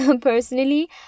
personally